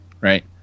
right